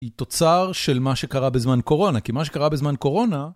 היא תוצר של מה שקרה בזמן קורונה, כי מה שקרה בזמן קורונה...